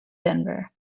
denver